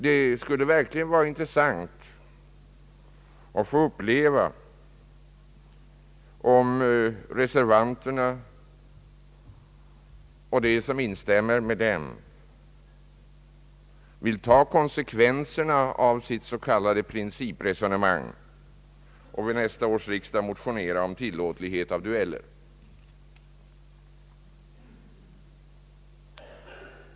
Det skulle verkligen vara intressant att få uppleva om reservanterna och de som instämmer med dem vill ta konsekvenserna av sitt s.k. principresonemang och vid nästa års riksdag motionera om att dueller skall tillåtas.